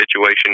situation